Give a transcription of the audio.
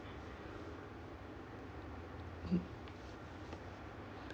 hmm